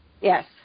Yes